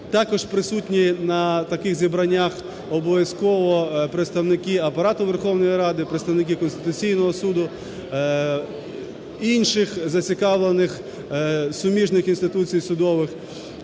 також присутні на таких зібраннях обов'язково, представники Апарату Верховної Ради, представники Конституційного Суду інших зацікавлених суміжних інституцій судових.